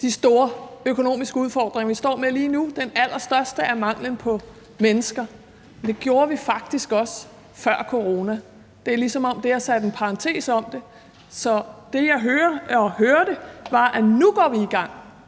de store økonomiske udfordringer, vi står med lige nu. Den allerstørste er manglen på mennesker. Det var det faktisk også før corona. Det er, som om at det har sat en parantes om det, så det, jeg hører og hørte, var, at nu går vi i gang